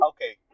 Okay